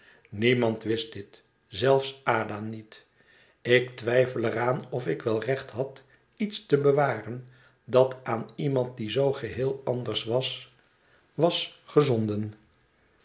niemand wist dit zelfs ada niet ik twijfelde er aan of ik wel recht had iets te bewaren dat aan iemand die zoo geheel anders was was gezonden